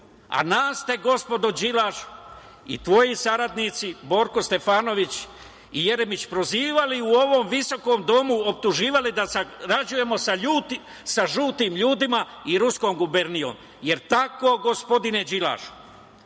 A, nas ste, gospodine Đilaš i tvoji saradnici Borko Stefanović i Jeremić, prozivali u ovom visokom domu, optuživali da sarađujemo sa žutim ljudima i ruskom gubernijom. Jel tako, gospodine Đilašu? Ko